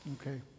Okay